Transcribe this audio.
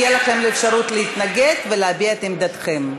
תהיה לכם אפשרות להתנגד ולהביע את עמדתכם.